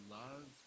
love